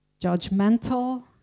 judgmental